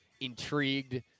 intrigued